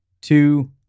two